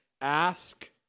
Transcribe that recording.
ask